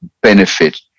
benefit